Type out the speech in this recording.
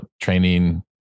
training